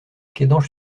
kédange